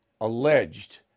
alleged